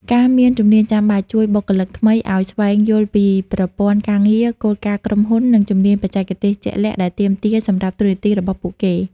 ការមានជំនាញចាំបាច់ ជួយបុគ្គលិកថ្មីឲ្យស្វែងយល់ពីប្រព័ន្ធការងារ គោលការណ៍ក្រុមហ៊ុន និងជំនាញបច្ចេកទេសជាក់លាក់ដែលទាមទារសម្រាប់តួនាទីរបស់ពួកគេ។